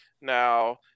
Now